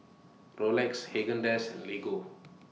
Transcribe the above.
Rolex Haagen Dazs and Lego